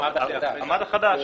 המד החדש.